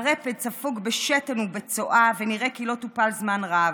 הרפד ספוג בשתן ובצואה ונראה כי לא טופל זמן רב.